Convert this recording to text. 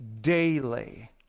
daily